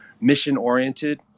mission-oriented